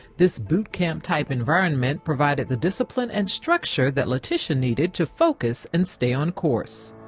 this boot camp type environment provided the discipline and structure that laticia needed to focus and stay on course.